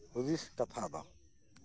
ᱦᱩᱫᱤᱥ ᱠᱟᱛᱷᱟ ᱫᱚ